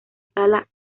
sala